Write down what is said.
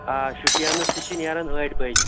آ شُپیَنَس تہِ چھِ نیران ٲٹھِ بَجہِ